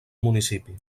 municipi